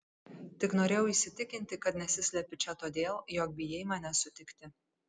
tik norėjau įsitikinti kad nesislepi čia todėl jog bijai mane sutikti